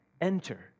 Enter